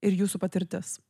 ir jūsų patirtis